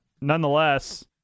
nonetheless